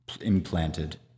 implanted